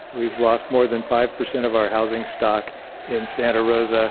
we've lost more than five percent of our housing stock in santa rosa